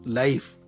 life